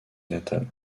natale